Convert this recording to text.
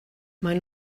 maen